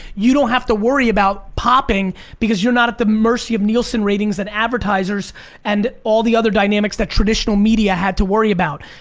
you don't have to worry about popping because you're not at the mercy of nielson ratings and advertisers and all the other dynamics that traditional media had to worry about.